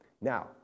Now